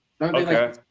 okay